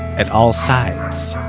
at all sides